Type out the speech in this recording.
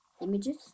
images